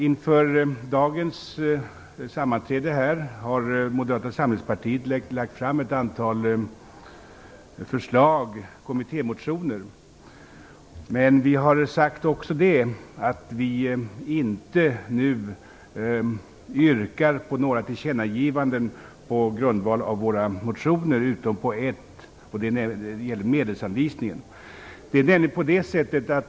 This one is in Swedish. Inför dagens sammanträde har Moderata samlingspartiet lagt fram ett antal kommittémotioner, men vi har också sagt att vi inte nu yrkar på några tillkännagivanden på grundval av våra motioner förutom en motion som gäller medelsanvisningen.